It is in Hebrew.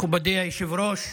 מכובדי היושב-ראש,